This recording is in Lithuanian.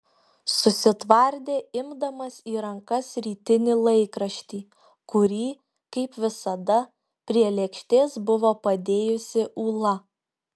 susitvardė imdamas į rankas rytinį laikraštį kurį kaip visada prie lėkštės buvo padėjusi ūla